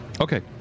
Okay